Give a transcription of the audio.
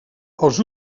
els